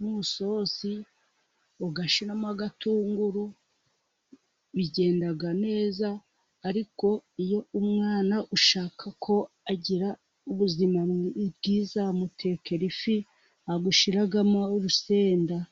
mu sosi, ugashyiramo agatunguru, bigenda neza. Ariko iyo umwana ushaka ko agira ubuzima bwiza, umutekera ifi nta bwo ushyiramo urusenda.